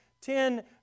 ten